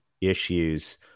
issues